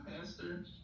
pastor